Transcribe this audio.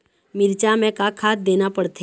मिरचा मे का खाद देना पड़थे?